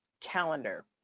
calendar